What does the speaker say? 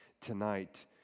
tonight